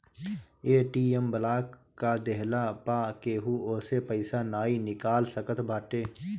ATM block कअ देहला पअ केहू ओसे पईसा नाइ निकाल सकत बाटे